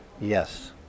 Yes